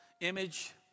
Image